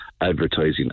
advertising